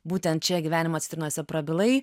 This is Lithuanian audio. būtent čia gyvenimo citrinose prabilai